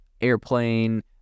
airplane